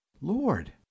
Lord